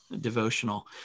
devotional